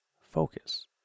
focus